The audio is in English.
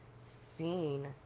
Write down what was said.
seen